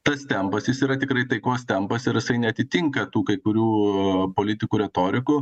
tas tempas jis yra tikrai taikos tempas ir jisai neatitinka tų kai kurių politikų retorikų